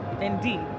Indeed